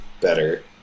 better